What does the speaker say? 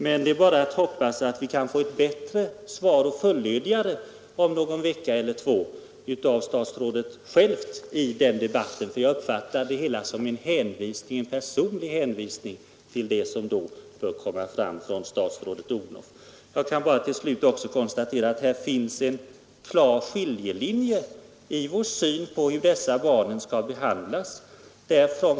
Det är väl bara att hoppas att vi kan få ett bättre och mera fullödigt svar av statsrådet själv i debatten om en vecka eller två — jag uppfattade hennes ord som en personlig hänvisning till det material som statsrådet då torde komma fram med. Jag kan till slut konstatera att det finns en klar skiljelinje i vår syn på hur de adopterade barnen skall behandlas.